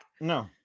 No